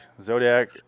Zodiac